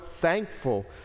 thankful